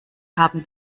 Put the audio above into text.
haben